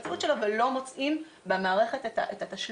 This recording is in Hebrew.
הזהות שלו ולא מוצאים במערכת את התשלום,